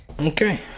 okay